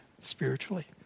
spiritually